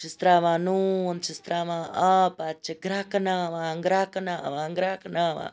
چھِس تراوان نوٗن چھِس تراوان آب پَتہٕ چھِ گرٛیکناوان گرٛیکناوان گرٛیکناوان